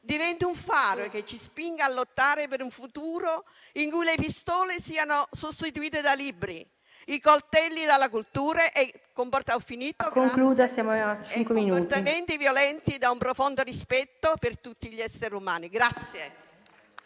diventi un faro che ci spinge a lottare per un futuro in cui le pistole siano sostituite da libri, i coltelli dalla cultura e i comportamenti violenti da un profondo rispetto per tutti gli esseri umani.